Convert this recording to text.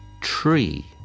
Tree